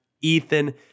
Ethan